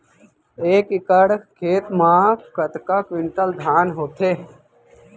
एक एकड़ खेत मा कतका क्विंटल धान होथे?